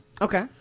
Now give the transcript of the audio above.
okay